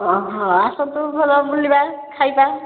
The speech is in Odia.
ହଁ ହଁ ଆସନ୍ତୁ ଭଲ ବୁଲିବା ଖାଇବା